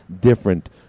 different